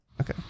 okay